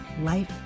life